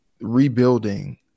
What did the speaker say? rebuilding